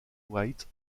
white